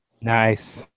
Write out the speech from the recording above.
Nice